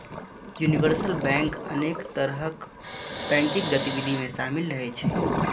universal bank अनेक तरहक banking गतिविधि मे शामिल रहै छै